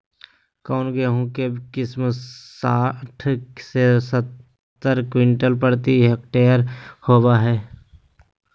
कौन गेंहू के किस्म साठ से सत्तर क्विंटल प्रति हेक्टेयर होबो हाय?